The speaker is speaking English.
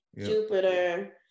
Jupiter